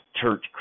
church